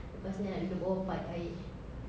lepas ini I nak minum berapa empat air